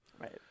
Right